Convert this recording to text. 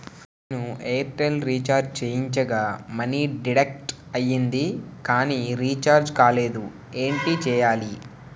నేను Airtel recharge చేయించగా money deduct అయ్యింది కానీ రీఛార్జ్ కాలేదు ఏంటి చేయాలి?